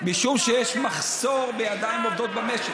משום שיש מחסור בידיים עובדות במשק.